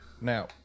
Now